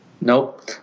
Nope